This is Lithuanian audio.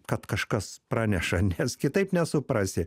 kad kažkas praneša nes kitaip nesuprasi